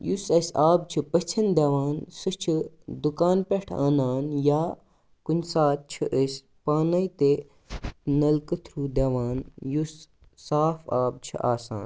یُس اَسہِ آب چھُ پٔژھٮ۪ن دِوان سُہ چھِ دُکان پٮ۪ٹھ اَنان یا کُنہِ ساتہٕ چھِ أسۍ پانے تہِ نَلکہٕ تھرٛوٗ دِوان یُس صاف آب چھُ آسان